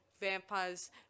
vampires